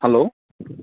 hello